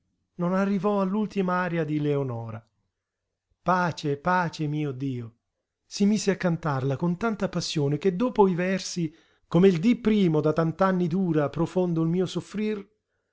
non arrivò all'ultima aria di leonora pace pace mio dio si mise a cantarla con tanta passione che dopo i versi come il dí primo da tant'anni dura profondo il mio soffrir